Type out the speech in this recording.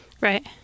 right